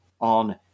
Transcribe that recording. on